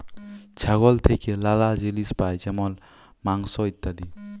ছাগল থেক্যে লালা জিলিস পাই যেমল মাংস, ইত্যাদি